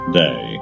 day